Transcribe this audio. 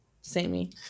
Samey